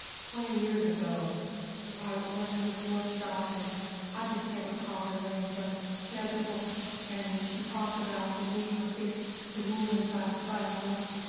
twenty years ago i went to this workshop, and i just can't recall her name but she has a book and she talks about the need for kids to move inside of classrooms,